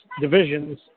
divisions